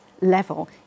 level